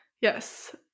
Yes